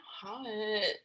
hot